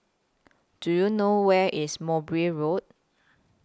Do YOU know Where IS Mowbray Road